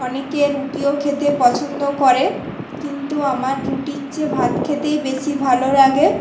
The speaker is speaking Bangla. অনেকে রুটিও খেতে পছন্দ করে কিন্তু আমার রুটির চেয়ে ভাত খেতেই বেশি ভালো লাগে